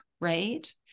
right